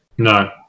No